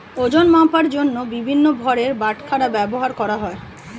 ওজন মাপার জন্য বিভিন্ন ভারের বাটখারা ব্যবহার করা হয়